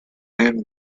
and